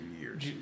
years